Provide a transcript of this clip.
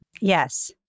Yes